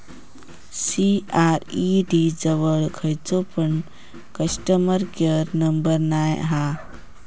CRED जवळ खयचो पण कस्टमर केयर नंबर नाय हा